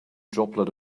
droplet